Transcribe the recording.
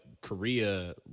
korea